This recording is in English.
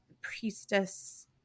priestess